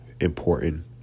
important